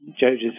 judges